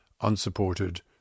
unsupported